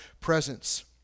presence